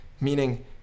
meaning